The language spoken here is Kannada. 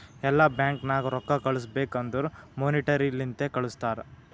ಎಲ್ಲಾ ಬ್ಯಾಂಕ್ ನಾಗ್ ರೊಕ್ಕಾ ಕಳುಸ್ಬೇಕ್ ಅಂದುರ್ ಮೋನಿಟರಿ ಲಿಂತೆ ಕಳ್ಸುತಾರ್